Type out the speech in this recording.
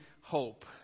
hope